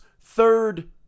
third